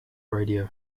radio